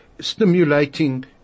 Stimulating